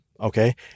Okay